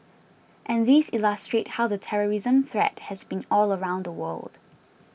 and these illustrate how the terrorism threat has been all around the world